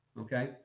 okay